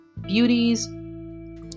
Beauties